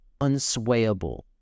unswayable